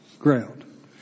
Ground